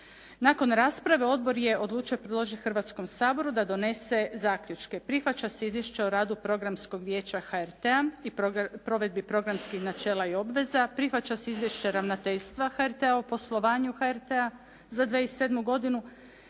Nakon rasprave odbor je odlučio predložiti Hrvatskom saboru da donese zaključke. Prihvaća se izvješće o radu Programskog Vijeća HRT-a i provedbi programskih načela i obveza, prihvaća se izvješće ravnateljstva o poslovanju HRT-a za 2007. godinu